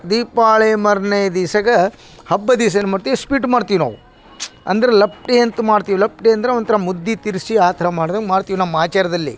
ದೀಪಾವಳಿ ಮಾರನೆ ದಿವ್ಸದಾಗ ಹಬ್ಬದ ದಿವ್ಸ ಏನು ಮಾಡ್ತೀವಿ ಸ್ವೀಟ್ ಮಾಡ್ತೀವಿ ನಾವು ಅಂದ್ರೆ ಲಪ್ಡಿ ಅಂತ ಮಾಡ್ತೀವಿ ಲಪ್ಡಿ ಅಂದ್ರೆ ಒಂಥರ ಮುದ್ದೆ ತಿರುಗ್ಸಿ ಆ ಥರ ಮಾಡ್ದಂಗೆ ಮಾಡ್ತೀವಿ ನಮ್ಮ ಆಚಾರದಲ್ಲಿ